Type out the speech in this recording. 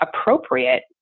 appropriate